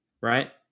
right